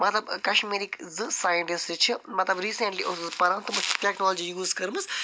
مطلب کشمیٖرٕکۍ زٕ سایِنٹِسٹٕس چھِ مطلب ریٖسٮ۪نٛٹلی اوسُس بہٕ پران تِمو چھِ ٹٮ۪کنالجی یوٗز کٔرمٕژ